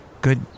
Good